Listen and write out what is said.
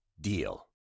DEAL